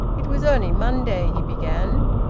it was only monday, he began.